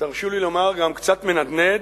תרשו לי לומר גם קצת מנדנד,